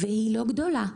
והיא לא גדולה,